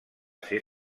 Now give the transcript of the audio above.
ser